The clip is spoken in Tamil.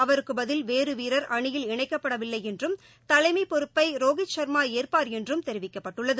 அவருக்கு பதில் வேறு வீரர் அனியில் இணைக்கப்படவில்லை என்றும் தலைமை பொறுப்பை ரோஹித் சர்மா ஏற்பார் என்றும் தெரிவிக்கப்பட்டுள்ளது